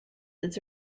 its